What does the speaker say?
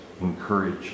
encourage